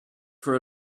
for